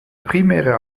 primäre